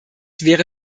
wäre